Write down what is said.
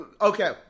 Okay